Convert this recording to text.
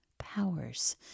Powers